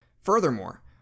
Furthermore